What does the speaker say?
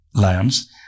lions